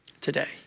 today